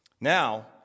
Now